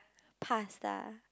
pasta